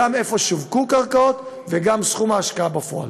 גם איפה שווקו קרקעות וגם סכום ההשקעה בפועל.